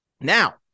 Now